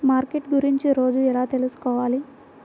Market గురించి రోజు ఎలా తెలుసుకోవాలి?